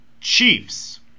Chiefs